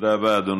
תודה רבה, אדוני.